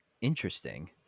Interesting